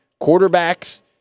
quarterbacks